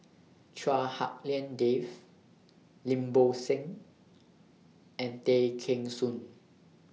Chua Hak Lien Dave Lim Bo Seng and Tay Kheng Soon